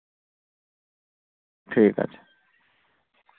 ᱴᱷᱤᱠ ᱟᱪᱷᱮ